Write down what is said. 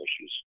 issues